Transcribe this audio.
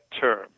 term